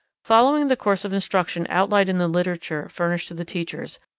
following the course of instruction outlined in the literature furnished to the teachers,